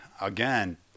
Again